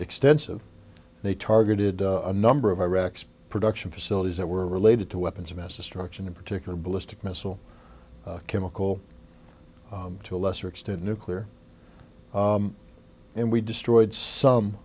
extensive they targeted a number of iraq's production facilities that were related to weapons of mass destruction in particular a ballistic missile chemical to a lesser extent nuclear and we destroyed some